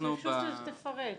פשוט תפרט.